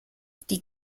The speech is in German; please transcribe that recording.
die